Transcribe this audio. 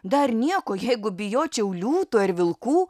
dar nieko jeigu bijočiau liūtų ar vilkų